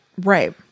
Right